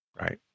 right